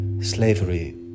slavery